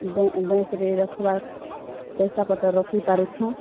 bank ରେ ରଖ୍ବା ପଇସାପତର୍ ରଖି ପାରୁଛୁଁ